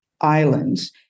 islands